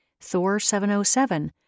Thor-707